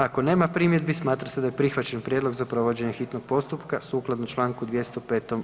Ako nema primjedbi, smatra se da je prihvaćen prijedlog za provođenje hitnog postupka sukladno čl. 205.